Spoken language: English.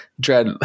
Dread